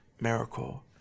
miracle